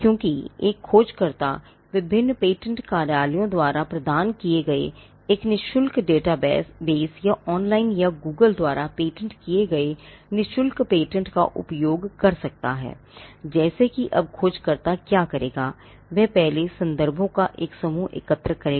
क्योंकि एक खोजकर्ता विभिन्न पेटेंट कार्यालयों द्वारा प्रदान किए गए एक निशुल्क डेटाबेस या ऑनलाइन या Google द्वारा पेटेंट किए गए निशुल्क पेटेंट का उपयोग कर सकता है जैसे कि अब खोजकर्ता क्या करेगा वह पहले संदर्भों का एक समूह एकत्र करेगा